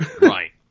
Right